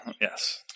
Yes